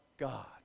God